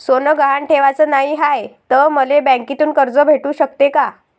सोनं गहान ठेवाच नाही हाय, त मले बँकेतून कर्ज भेटू शकते का?